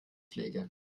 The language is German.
pflege